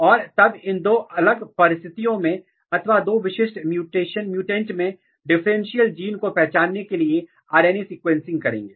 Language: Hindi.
और तब इन दो अलग परिस्थितियों में अथवा दो विशिष्ट म्युटेंट में डिफरेंशियल जीन को पहचानने के लिए RNA सीक्वेंसिंग करेंगे